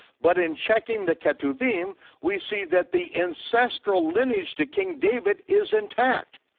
but in checking the ketuvim, we see that the ancestral lineage to king david is intact,